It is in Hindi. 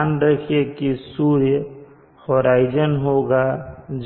ध्यान रखिए कि सूर्य होराइजन होगा